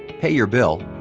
pay your bill,